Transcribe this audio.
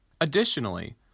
Additionally